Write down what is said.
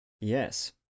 Yes